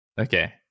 Okay